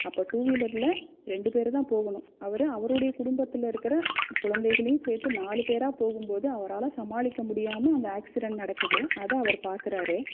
அப்போ டூ வீலரில் ரெண்டு பேர் தான் போகணும் அவர் அவருடைய குடும்பத்தில் இருக்கிற குழந்தைகளையும் சேர்த்து நாலு பேராக போகும்போது அவரால் சமாளிக்க முடியாமல் அந்த ஆக்சிரென்ட் நடக்குது அதை அவர் பார்க்கறாரு